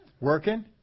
Working